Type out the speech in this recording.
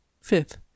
Fifth